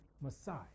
Messiah